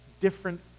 different